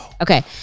Okay